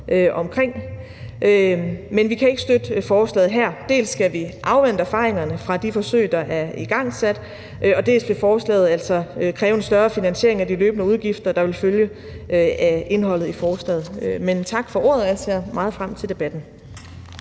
omkring. Men vi kan ikke støtte forslaget her. Dels skal vi afvente erfaringerne fra de forsøg, der er igangsat, dels vil forslaget altså kræve en større finansiering af de løbende udgifter, der vil følge af indholdet i forslaget. Men tak for ordet. Jeg ser meget frem til debatten.